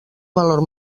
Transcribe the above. valor